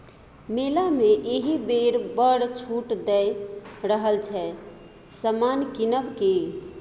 मेला मे एहिबेर बड़ छूट दए रहल छै समान किनब कि?